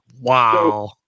Wow